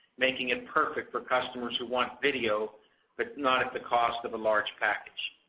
making it perfect for customers who want video but not at the cost of a large factors.